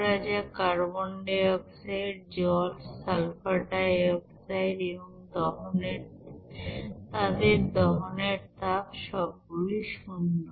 ধরা যাক carbon dioxide জল সালফার ডাই অক্সাইড এবং তাদের দহনের তাপ সবগুলি শূন্য